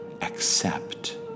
accept